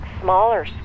smaller